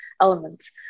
elements